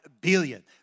billion